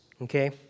okay